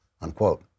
unquote